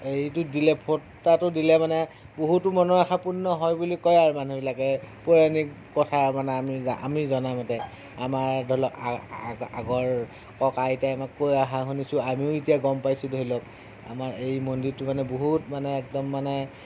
এইটো দিলে ভোটাটো দিলে মানে বহুতো মনৰ আশা পূৰ্ণ হয় বুলি কয় আৰু মানুহবিলাকে পৌৰাণিক কথা মানে আমি জ আমি জনা মতে আমাৰ ধৰি লওঁক আগৰ ককা আইতাই আমাক কৈ অহা শুনিছোঁ আমিও এতিয়া গম পাইছোঁ ধৰি লওঁক আমাৰ এই মন্দিৰটো মানে বহুত মানে একদম মানে